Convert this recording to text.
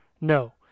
No